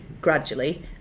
gradually